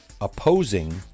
opposing